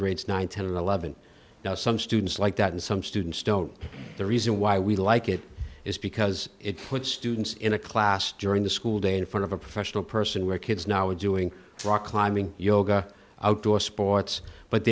grades nine ten and eleven now some students like that and some students don't the reason why we like it is because it puts students in a class during the school day in front of a professional person where kids now is doing rock climbing yoga outdoor sports but